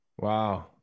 Wow